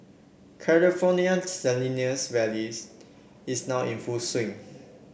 California Salinas Valleys is now in full swing